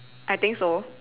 I think so